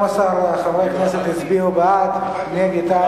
12 חברי כנסת הצביעו בעד, נגד,